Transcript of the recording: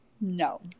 No